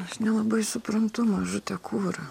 aš nelabai suprantu mažute kur